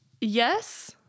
yes